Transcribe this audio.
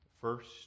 First